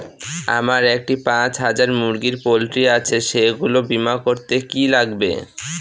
আমার একটি পাঁচ হাজার মুরগির পোলট্রি আছে সেগুলি বীমা করতে কি লাগবে?